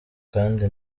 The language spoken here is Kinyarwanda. kandi